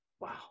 Wow